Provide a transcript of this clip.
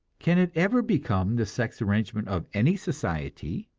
can it ever become the sex arrangement of any society?